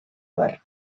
abar